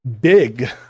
big